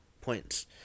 points